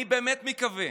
אני באמת מקווה,